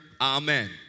Amen